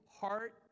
heart